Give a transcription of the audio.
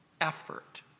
effort